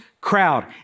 crowd